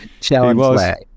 Challenge